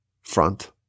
front